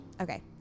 Okay